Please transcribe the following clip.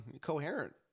coherent